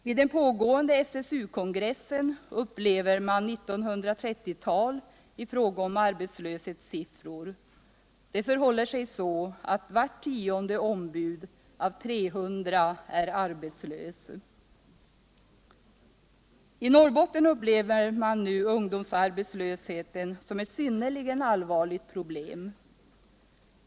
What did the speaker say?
Vid den pågående SSU-kongressen upplever man 1930-talet i fråga om arbetslöshetssiffror. Det förhåller sig så att vart tionde ombud av de 300 är arbetslösa. I Norrbotten upplever man nu ungdomsarbetslösheten som ett synnerligen allvarligt problem.